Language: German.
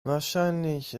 wahrscheinlich